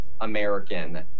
American